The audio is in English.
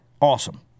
Awesome